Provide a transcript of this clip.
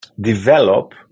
develop